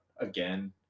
again –